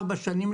ארבע שנים,